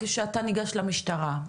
כשאתה פונה למשטרה.